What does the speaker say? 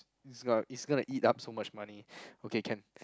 is gonna is gonna eat up so much money okay can